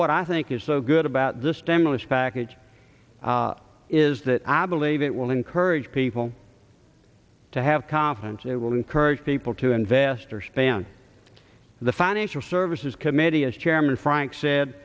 what i think is so good about this stimulus package is that i believe it will encourage people to have confidence it will encourage people to invest or spend the financial services committee as chairman frank said